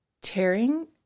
Tearing